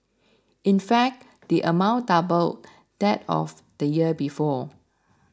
in fact the amount doubled that of the year before